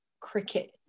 cricket